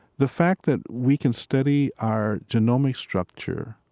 the fact that we can study our genomic structure,